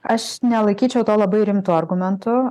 aš nelaikyčiau to labai rimtu argumentu